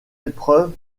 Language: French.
épreuves